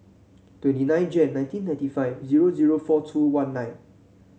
twenty nine Jan nineteen ninety five zero zero four two one nine